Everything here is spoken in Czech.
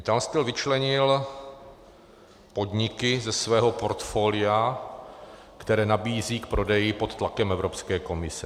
Mittal Steel vyčlenil podniky ze svého portfolia, které nabízí k prodeji pod tlakem Evropské komise.